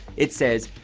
it says,